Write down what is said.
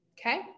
okay